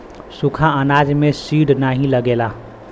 सुखा अनाज में सीड नाही लगेला